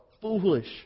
foolish